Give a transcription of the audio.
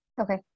Okay